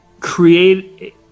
Create